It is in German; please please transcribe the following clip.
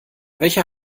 welcher